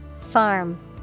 Farm